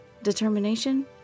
determination